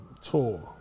tour